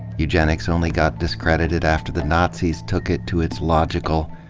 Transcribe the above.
eugenics only got discredited after the nazis took it to its logical,